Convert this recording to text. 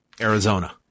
Arizona